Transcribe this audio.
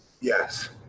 Yes